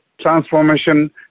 transformation